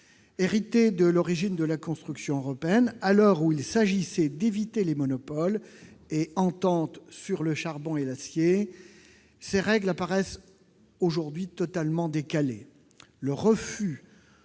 héritées de l'origine de la construction européenne, à l'heure où il s'agissait d'éviter les monopoles et ententes sur le charbon et l'acier, paraissent aujourd'hui totalement décalées.